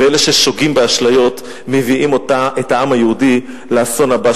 ואלה ששוגים באשליות מביאים את העם היהודי לאסון הבא שלו.